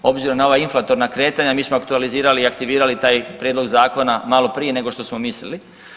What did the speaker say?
Obzirom na ova inflatorna kretanja mi smo aktualizirali i aktivirali taj prijedlog zakona malo prije nego što smo mislili.